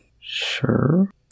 Sure